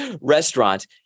restaurant